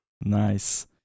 Nice